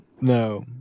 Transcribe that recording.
No